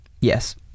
yes